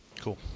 cool